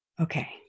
Okay